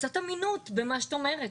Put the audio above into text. קצת אמינות במה שאת אומרת.